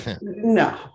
No